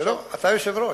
אתה היושב-ראש.